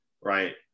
right